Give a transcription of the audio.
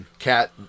Cat